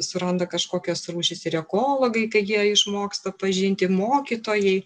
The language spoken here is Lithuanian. suranda kažkokias rūšis ir ekologai kai jie išmoksta pažinti mokytojai